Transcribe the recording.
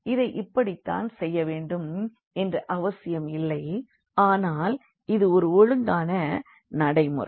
இதை இப்படித்தான் செய்யவேண்டும் என்ற அவசியம் இல்லை ஆனால் இது ஒரு ஒழுங்கான நடைமுறை